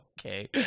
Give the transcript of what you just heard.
Okay